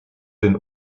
den